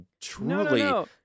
truly